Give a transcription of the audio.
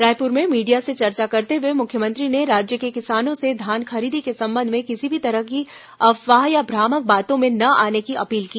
रायपुर में मीडिया से चर्चा करते हुए मुख्यमंत्री ने राज्य के किसानों से धान खरीदी के संबंध में किसी भी तरह की अफवाह या भ्रामक बातों में न आने की अपील की